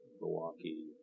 Milwaukee